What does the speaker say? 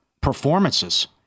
performances